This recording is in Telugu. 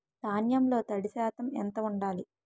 ధాన్యంలో తడి శాతం ఎంత ఉండాలి?